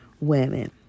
women